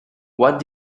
what